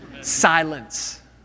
Silence